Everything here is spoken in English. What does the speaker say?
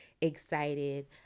excited